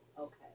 Okay